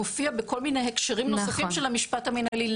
מופיע בכל מיני הקשרים נוספים של המשפט המנהלי,